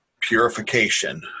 purification